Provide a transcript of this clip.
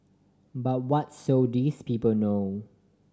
but what so these people know